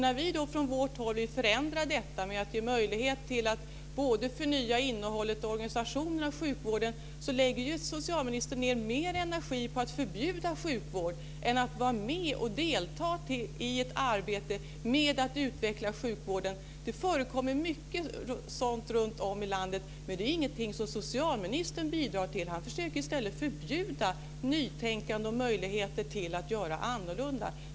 När vi från vårt håll vill förändra detta genom att ge möjlighet att både förnya innehållet i och organisationen av sjukvården lägger socialministern ned mer energi på att förbjuda sjukvård än på att vara med och delta i ett arbete med att utveckla den. Det förekommer mycket sådant runtom i landet. Men det är inget som socialministern bidrar till. Han försöker i stället förbjuda nytänkande och möjligheter att göra annorlunda.